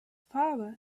father